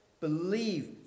believe